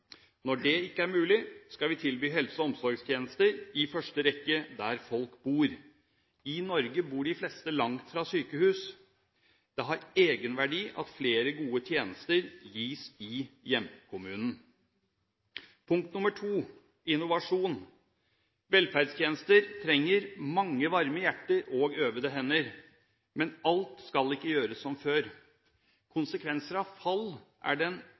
Når det ikke er mulig, skal vi tilby helse- og omsorgstjenester i første rekke der folk bor. I Norge bor de fleste langt fra sykehus. Det har egenverdi at flere gode tjenester gis i hjemkommunene. Punkt to – innovasjon: Velferdstjenester trenger mange varme hjerter og øvede hender. Men alt skal ikke gjøres som før. Konsekvenser av fall er den